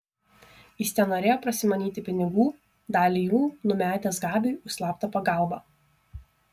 jis tenorėjo prasimanyti pinigų dalį jų numetęs gabiui už slaptą pagalbą